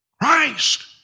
Christ